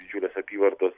didžiulės apyvartos